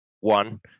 one